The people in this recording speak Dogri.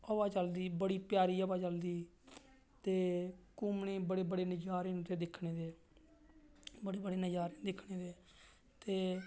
हवा चलदी बड़ी प्यारी हवा चलदी ते घुम्मने दे बड़े बड़े नज़ारे न उत्थें दिक्खने दे बड़े बड़े नज़ारे न दिक्खने दे ते